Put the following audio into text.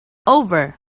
over